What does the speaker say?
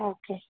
okay